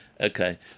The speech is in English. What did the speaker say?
okay